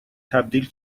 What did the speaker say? تبدیل